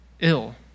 ill